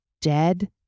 dead